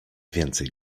więcej